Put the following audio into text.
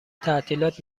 تعطیلات